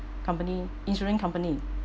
company insurance company